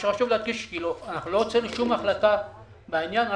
חשוב להדגיש שאנחנו לא הוצאנו שום החלטה בעניין אלא